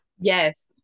Yes